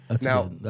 Now